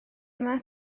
yma